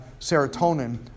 serotonin